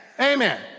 amen